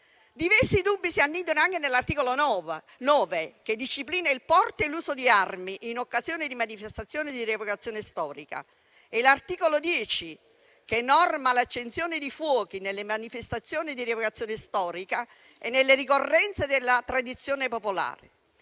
Diversi dubbi si annidano anche nell'articolo 8, che disciplina il porto e l'uso di armi in occasione di manifestazioni di rievocazione storica, e nell'articolo 9, che norma l'accensione di fuochi nelle manifestazioni di rievocazione storica e nelle ricorrenze della tradizione popolare.